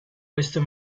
questo